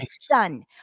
son